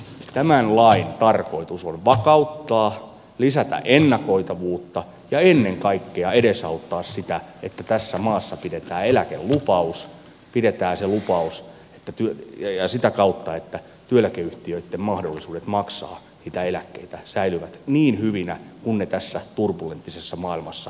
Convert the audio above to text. tämän lain tarkoitus on vakauttaa lisätä ennakoitavuutta ja ennen kaikkea edesauttaa sitä että tässä maassa pidetään eläkelupaus ja pidetään se sitä kautta että työeläkeyhtiöitten mahdollisuudet maksaa niitä eläkkeitä säilyvät niin hyvinä kuin tässä turbulenttisessa maailmassa ylipäätänsä on mahdollista